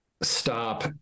stop